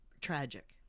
tragic